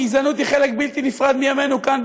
גזענות היא חלק בלתי נפרד מימינו כאן,